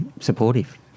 supportive